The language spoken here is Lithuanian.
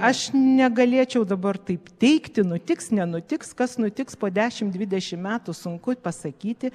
aš negalėčiau dabar taip teigti nutiks nenutiks kas nutiks po dešim dvidešim metų sunku pasakyti